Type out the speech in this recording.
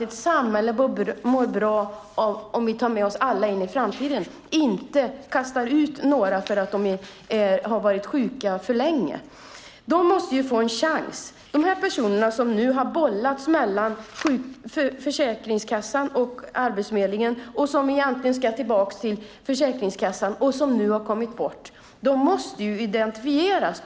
Ett samhälle mår bra av om vi tar med oss alla in i framtiden, och inte kastar ut några för att de har varit sjuka för länge. De måste få en chans. De som nu har bollats mellan Försäkringskassan och Arbetsförmedlingen och som egentligen ska tillbaka till Försäkringskassan och nu har kommit bort måste identifieras.